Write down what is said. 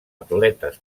atletes